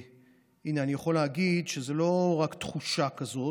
הינה, אני יכול להגיד שזו לא רק תחושה כזאת.